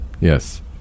Yes